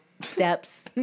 steps